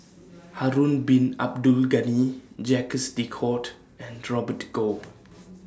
Harun Bin Abdul Ghani Jacques De Coutre and Robert Goh